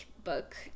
book